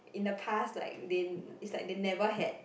in the past like they it's like they never had